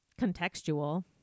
contextual